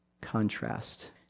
contrast